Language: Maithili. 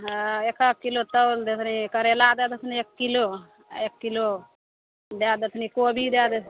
हँ एकक किलो तौल दे रही करैला दे देथिन एक किलो आ एक किलो दै देथनि कोबी दै देथिन